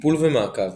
טיפול ומעקב